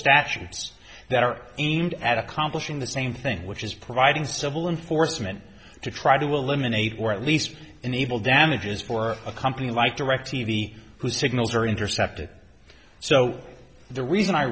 statutes that are aimed at accomplishing the same thing which is providing civil enforcement to try to eliminate or at least an evil damages for a company like directv whose signals are intercepted so the reason i